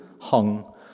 hung